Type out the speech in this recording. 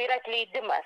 yra atleidimas